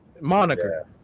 moniker